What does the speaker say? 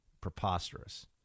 Preposterous